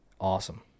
awesome